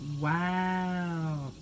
wow